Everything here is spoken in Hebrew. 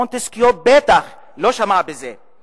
מונטסקיה בטח לא שמע על זה.